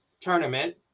tournament